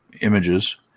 images